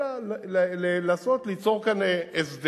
אלא לעשות, ליצור כאן הסדר,